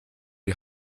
ihr